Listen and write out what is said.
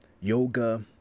yoga